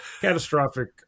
catastrophic